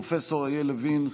פרופ' אריה לוין,